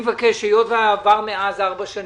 היות שעברו מאז ארבע שנים,